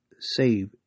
save